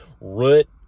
root